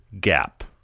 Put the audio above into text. gap